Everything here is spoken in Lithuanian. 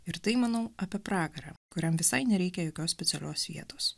ir tai manau apie pragarą kuriam visai nereikia jokios specialios vietos